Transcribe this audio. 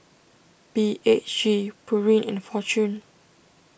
B H G Pureen and Fortune